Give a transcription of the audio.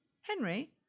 Henry